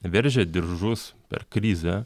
veržė diržus per krizę